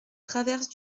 traverse